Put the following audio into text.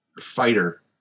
fighter